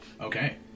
Okay